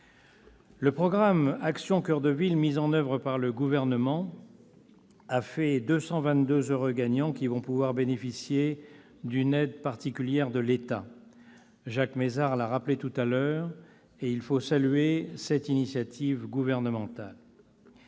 Le programme « Action coeur de ville » mis en oeuvre par le Gouvernement a fait 222 heureux gagnants, qui vont pouvoir bénéficier d'une aide particulière de l'État, comme vous l'avez rappelé, monsieur le ministre. Il faut saluer cette initiative gouvernementale.